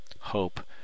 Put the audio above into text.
Hope